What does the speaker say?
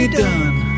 done